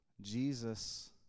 Jesus